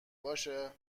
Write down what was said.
باشه